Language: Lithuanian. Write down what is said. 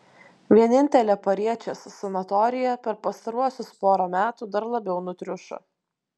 vienintelė pariečės sanatorija per pastaruosius porą metų dar labiau nutriušo